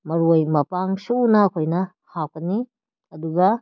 ꯃꯔꯣꯏ ꯃꯄꯥꯡ ꯁꯨꯅ ꯑꯩꯈꯣꯏꯅ ꯍꯥꯞꯀꯅꯤ ꯑꯗꯨꯒ